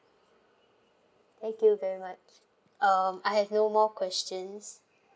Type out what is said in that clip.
thank you very much um I have no more questions